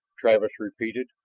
travis repeated,